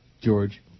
George